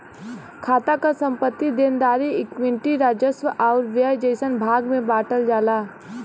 खाता क संपत्ति, देनदारी, इक्विटी, राजस्व आउर व्यय जइसन भाग में बांटल जाला